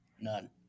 None